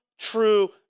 true